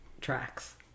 tracks